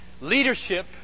leadership